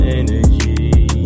energy